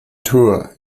tour